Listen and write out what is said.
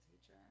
teacher